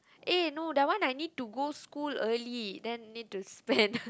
eh no that one I need to go school early then need to spend